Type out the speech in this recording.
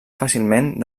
fàcilment